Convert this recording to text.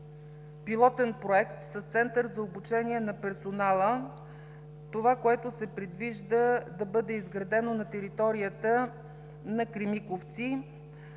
пилотен проект с център за обучение на персонала. Това, което се предвижда да бъде изградено на територията на Кремиковци